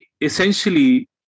essentially